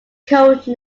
code